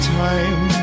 time